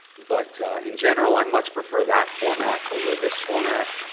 but in general, i much prefer that format over this format.